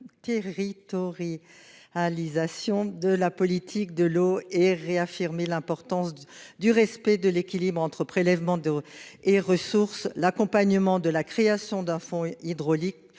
territorialisation de la politique de l'eau. Il a réaffirmé l'importance du respect de l'équilibre entre prélèvements et ressources et annoncé l'accompagnement de la création d'un fonds hydraulique